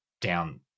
down